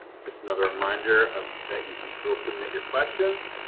just another reminder ah that you can still submit your questions.